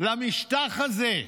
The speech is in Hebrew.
למשטח הזה,